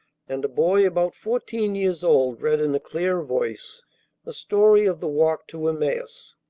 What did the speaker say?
and a boy about fourteen years old read in a clear voice the story of the walk to emmaus.